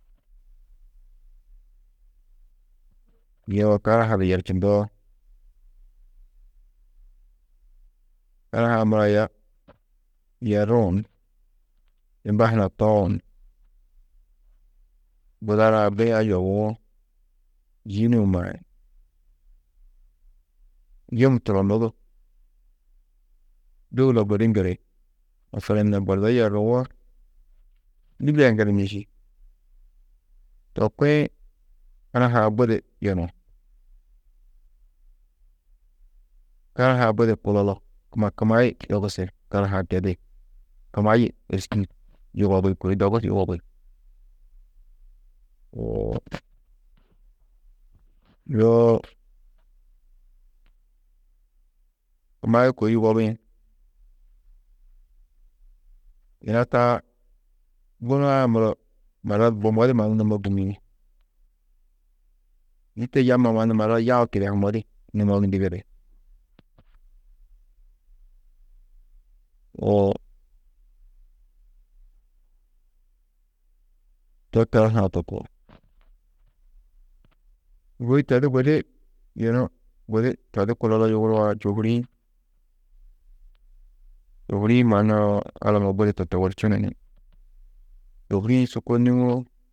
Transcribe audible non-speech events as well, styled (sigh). Yoo karaha du yerčundoo, karaha-ã muro aya yerruũ ni imba huna toũ ni buda nua buîa yobuwo yî nuũ maĩ, yum turonnu du dôula gudi ŋgiri, masalan nû Bordo yerruwo Lîbia ŋgiri nîši, to kuĩ karaha-ã budi yunu, karaha-ã budi kulolo, kuma kumayi yogusi, karaha-ã tedi. Kumayi êriski yugobi, kôi dogu yugobi, (hesitation) yoo kumayi kôi yugobĩ yina taa gunua-ã muro marrat bumodi mannu numo gûmiĩ, yî to yamma mannu marrat yau kidehumodi numo ndigiri, (hesitation) to karaha-ã to koo, kôi to di gudi yunu gudi, to di kulolo yuguruwo čôhuri-ĩ. Čôhuri-ĩ mannu alamma budi totoworčunu ni, čôhuri-ĩ su kônuwo.